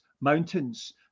mountains